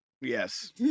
Yes